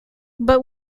but